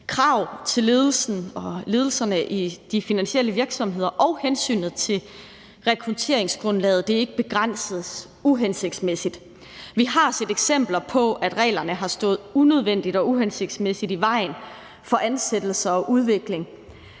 krav til ledelserne i de finansielle virksomheder og hensyn til, at rekrutteringsgrundlaget ikke begrænses uhensigtsmæssigt. Vi har set eksempler på, at reglerne har stået unødvendigt og uhensigtsmæssigt i vejen for ansættelser og udvikling.